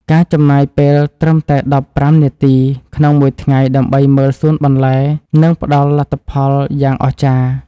ការចំណាយពេលត្រឹមតែដប់ប្រាំនាទីក្នុងមួយថ្ងៃដើម្បីមើលសួនបន្លែនឹងផ្តល់លទ្ធផលយ៉ាងអស្ចារ្យ។